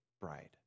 bride